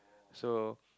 so